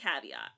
caveat